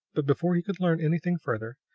but before he could learn anything further,